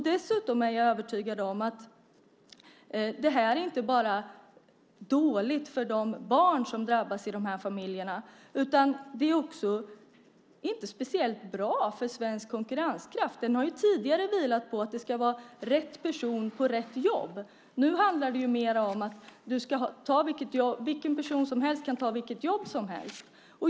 Dessutom är jag övertygad om att det här inte är bra för de barn som drabbas i de här familjerna, och det är inte heller speciellt bra för svensk konkurrenskraft. Den har ju tidigare vilat på att det ska vara rätt person på rätt jobb. Nu handlar det mer om att vilken person som helst kan ta vilket jobb som helst.